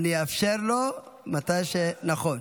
אני אאפשר לו מתי שנכון.